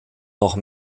noch